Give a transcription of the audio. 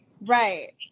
right